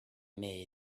made